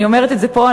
אני אומרת את זה פה,